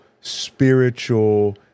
spiritual